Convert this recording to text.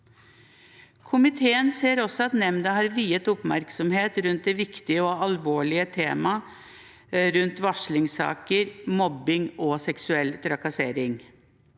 Komiteen ser også at nemnda har viet oppmerksomhet til viktige og alvorlige temaer som varslingssaker, mobbing og seksuell trakassering.